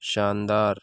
شاندار